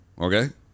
Okay